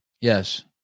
Yes